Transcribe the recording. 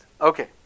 Okay